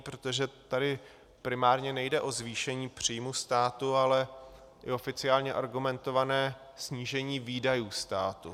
Protože tady primárně nejde o zvýšení příjmu státu, ale i oficiálně argumentované snížení výdajů státu.